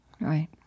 Right